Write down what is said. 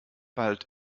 bald